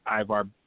Ivar